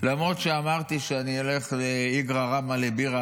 למרות שאמרתי שאני אלך מאיגרא רמא לבירא